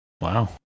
Wow